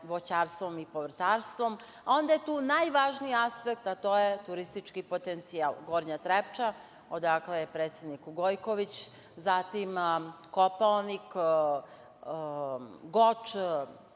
voćarstvom i povrtarstvom, a onda je tu najvažniji aspekt, a to je turistički potencijal Gornja Trepča, odakle je predsednik Gojković, zatim Kopaonik, Goč,